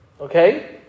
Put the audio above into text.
okay